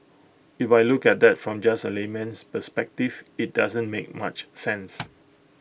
if I look at that from just A layman's A perspective IT doesn't make much sense